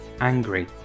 angry